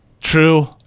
True